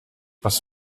was